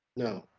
no.